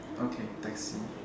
okay taxi